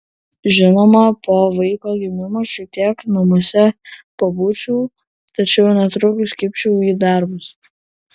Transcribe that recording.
žinoma po vaiko gimimo šiek tiek namuose pabūčiau tačiau netrukus kibčiau į darbus